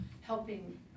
helping